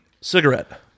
Cigarette